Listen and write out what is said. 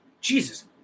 Jesus